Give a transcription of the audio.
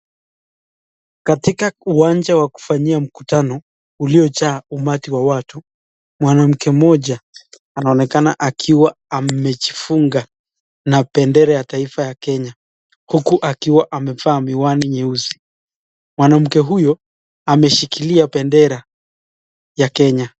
Katika uwanja wa kufanyia mkutano uliojaa umati wa watu, mwanamke mmoja anaonekana akiwa amejifunga na bendera ya taifa ya Kenya huku akiwa amevaa miwani nyeusi. Mwanamke huyu ameshikilia bendera ya Kenya.